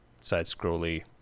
side-scrolly